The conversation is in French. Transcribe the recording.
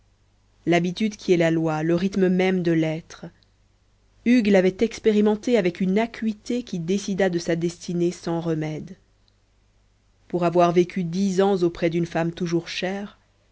l'habitude qui est la loi le rythme même de l'être hugues l'avait expérimenté avec une acuité qui décida de sa destinée sans remède pour avoir vécu dix ans auprès d'une femme toujours chère